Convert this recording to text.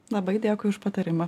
labai dėkui už patarimą